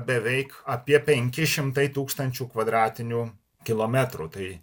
beveik apie penki šimtai tūkstančių kvadratinių kilometrų tai